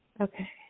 Okay